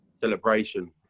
celebration